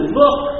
look